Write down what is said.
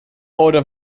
order